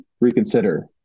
reconsider